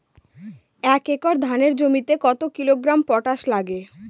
এক একর ধানের জমিতে কত কিলোগ্রাম পটাশ লাগে?